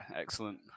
excellent